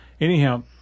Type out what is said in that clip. Anyhow